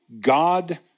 God